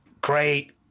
great